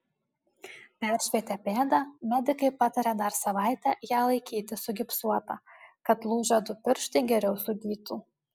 peršvietę pėdą medikai patarė dar savaitę ją laikyti sugipsuotą kad lūžę du pirštai geriau sugytų